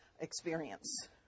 experience